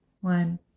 one